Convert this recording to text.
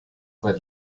bei